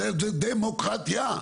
זה ד-מו-קרטיה?